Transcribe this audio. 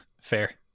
Fair